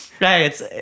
Right